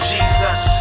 Jesus